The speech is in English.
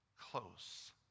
close